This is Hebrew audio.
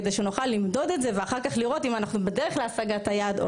כדי שנוכל למדוד את זה ואחר כך לראות אם אנחנו בדרך להשגת היעד או